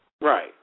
Right